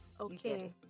Okay